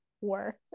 work